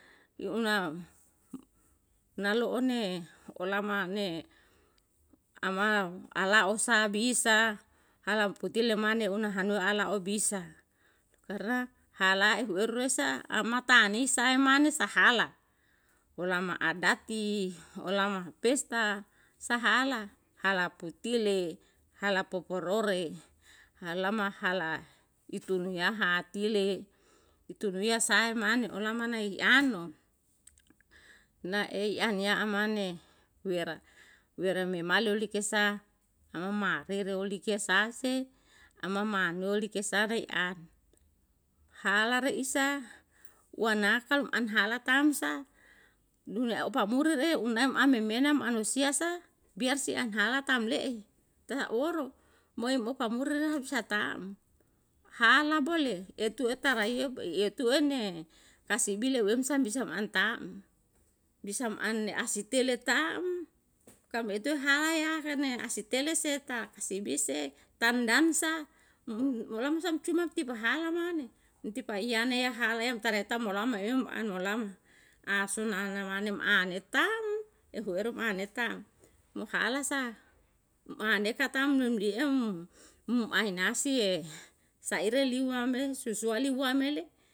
Yu unam, nalo'o ne olama ne ama ala'o sa bisa, halam kutile mane hanue ala obisa karna halae uweru resa hamata anisae mane sa hala ulama adati, ulama pesta sahala, hala pitela, hala poporore. halama hala itunuyaha atile itunuya sae mane olama ai i an'o na ei an ya amane wera wera memalo likesa ama maarere oleke sase, ama maanoli ke sare a hala re isa wana ka um an hala tam sa duleopamuri re na an memena manusia sa biar si an hala tam le'e, tahaoro moe mo pamuri re ham sa tam hala bole etu eta raiye ye tuene kasibi leuwem sa bisa um am tam bisa an ne asitele tam kabeitu haya kane asitele se ta kasibi se tandan sa walam sam cuma tipa hala mane itipa iyane ya hala yam tare ta molama em an molama, asuna ana mane um ane tam ehu eru mane tam. mo hala sa um ane ka tam wem li em um ainasi ye saire liwa me, susuwa liwa me le